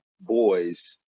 boys